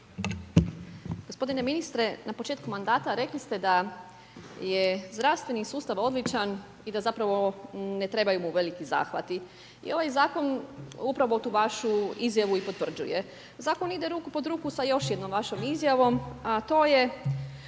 Gospodine ministre, na početku mandata rekli ste da je zdravstveni sustav odličan i da zapravo ne trebaju mu veliki zahvati. I ovaj zakon upravo tu vašu izjavu i potvrđuje. Zakon ide ruku pod ruku sa još jednom vašom izjavom a to je,